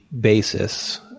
basis